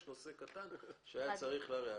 אבל יש נושא קטן שהיה צריך להרע.